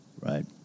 Right